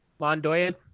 Mondoyan